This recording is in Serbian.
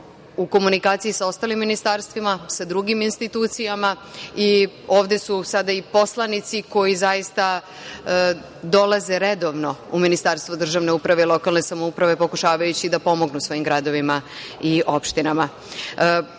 u komunikaciji sa ostalim ministarstvima, sa drugim institucijama i ovde su sada i poslanici koji zaista dolaze redovno u Ministarstvo državne uprave i lokalne samouprave pokušavajući da pomognu svojim gradovima i opštinama. Mi